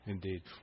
Indeed